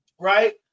right